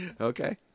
Okay